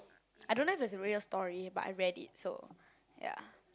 I don't know if it's a real story but I read it so ya